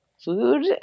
food